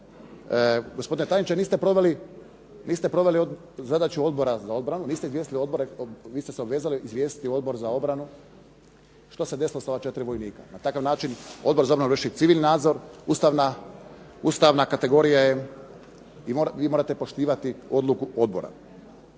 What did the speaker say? Gospodine tajniče, niste proveli zadaću Odbora za obranu, niste se obvezali izvijestiti Odbor za obranu, šta se desilo sa ova četiri vojnika. Na takav način Odbor za obranu vrši …/Govornik se ne razumije./… nadzor, ustavna kategorija je, vi morate poštivati odluku odbora.